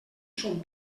son